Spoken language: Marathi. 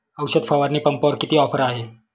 औषध फवारणी पंपावर किती ऑफर आहे?